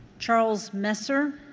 charles messer?